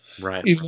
Right